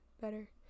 better